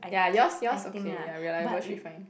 ya yours yours okay your reliable should fine